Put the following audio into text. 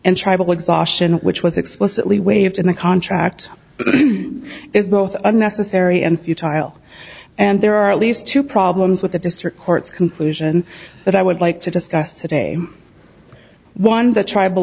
and tribal exhaustion which was explicitly waived in the contract is both unnecessary and futile and there are at least two problems with the district court's conclusion that i would like to discuss today one the tribal